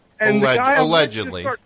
Allegedly